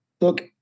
Look